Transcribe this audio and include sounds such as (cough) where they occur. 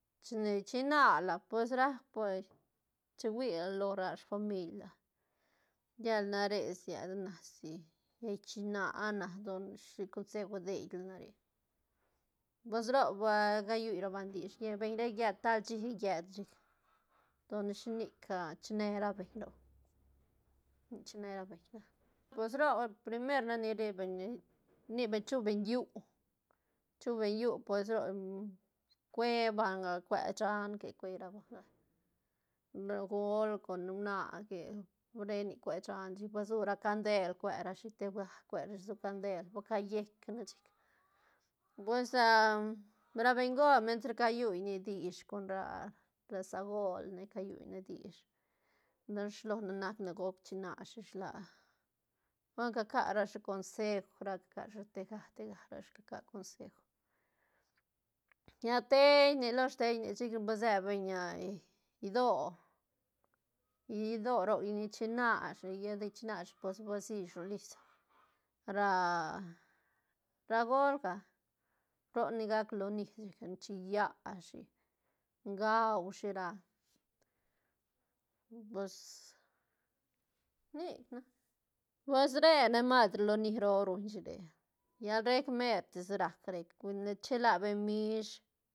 Chine chinala pues rap por chi huila lora famil la, llela nare sied na si llai china na don shi conseuj ideila na re pues roc ba callui (noise) ra banga dich lla beñ rec lle tal shí llet la chic don ne shinic (hesitation) chine ra beñ roc chine ra beñ ga pues roc primer nac ni ri beñ (hesitation) rni beñ chu beñ llu chu beñ llu pues roc (hesitation) cue banga cue shan que cue ra banga ra göl con huana que re nic cue shan chic basu ra gandel cuera shi teb ga cuera shi rsu gandel (noise) ba callec chic pues (hesitation) ra bengol mientras ca yuy ni dich con ra- ra sagol ne ca yuy ne dich don shilo ne nac ne guc china shisla don cacara shi conseuj ra cacara shi tega- tega rashi caca conseuj lla tei nic losh tei nic chic ba se beñ (hesitation) idoö-idoö (noise) roc ni china shi lla de china shi pues basi shi ro lis ra- ra gölga roc ni gac loni chic chilla shi gaushi ra pus nic na, pues re ne mas ru loni roo ruñ shi re lla rec mertis rac rec com che la beñ mish.